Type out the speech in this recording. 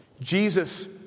Jesus